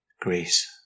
grace